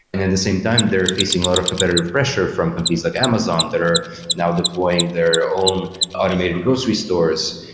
and the same time, they're facing a lot of competitive pressure from companies at like amazon that are now deploying their own automated grocery stores,